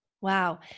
Wow